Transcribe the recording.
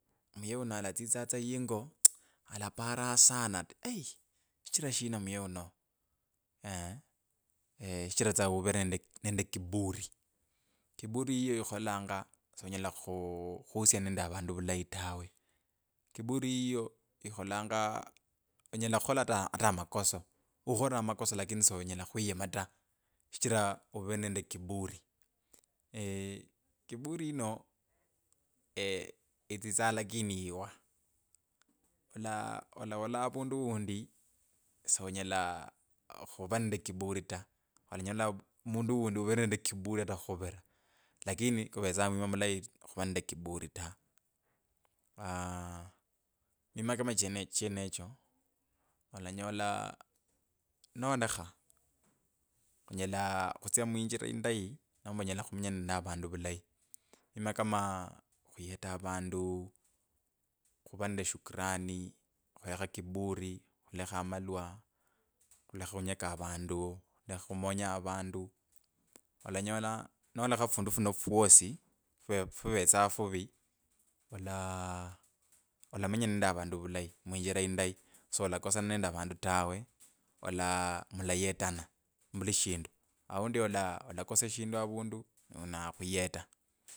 Muye uno alatsitsa tsa yingo alapara sana ati eii shichira shina muye uno shichira uvere nende kiburi kiburi yiyo ikhukholanga sonyela khu khuhusiana nende avandu vulayi tawe kiburi yiyo ikhulanga onyela khukhola ata ata makaso ukholire amakoso lakini sonyela khwiyema ta shichira uvere nende kiburi kiburi yino otsitsa lakini yiwo ola ola olola avundu undi sonyela khi khuva nende kiburi ta olanyola mundu undi uvere nende kibiyata khukhuvira lakini kuvetsa mwima mulayi khuvaa nende kiburi ta aaa…mima kama echenechyo olanyola nolekha onyela khutsya muinjira ndayi nomba onyela khumenya nende avandu vulayi mima kama khuyeta avundu khuvaa nende shukurani khulekha kiburi khulekha amalwa khulekha khunyeka avandu khulekha khumonya avandu olanyola nolekha fundu funo fwosi few fuvetsa furi ala olamenya nende avandu vulayi mwinjira indayi solakosana nende avandu tawe ola mulayetana muvulishindu aundi ola. olakosana shindu avundu no ni uno akhayeta.